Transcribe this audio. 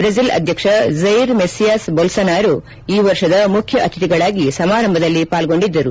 Brazil ಅಧ್ಯಕ್ಷ Jair Messias Bolsonaro ಈ ವರ್ಷದ ಮುಖ್ಯ ಅತಿಥಿಗಳಾಗಿ ಸಮಾರಂಭದಲ್ಲಿ ಪಾಲ್ಗೊಂಡಿದ್ದರು